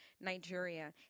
Nigeria